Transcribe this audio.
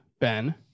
Ben